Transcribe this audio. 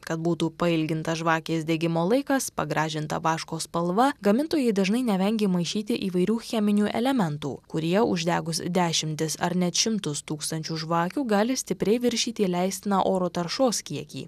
kad būtų pailgintas žvakės degimo laikas pagražinta vaško spalva gamintojai dažnai nevengia maišyti įvairių cheminių elementų kurie uždegus dešimtis ar net šimtus tūkstančių žvakių gali stipriai viršyti leistiną oro taršos kiekį